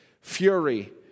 Fury